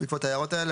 בעקבות ההערות האלה,